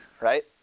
right